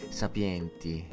sapienti